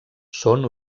són